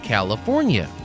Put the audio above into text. California